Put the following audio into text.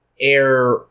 Air